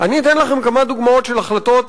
אני אתן לכם כמה דוגמאות של החלטות